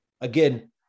Again